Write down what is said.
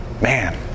Man